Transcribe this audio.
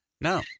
No